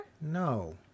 No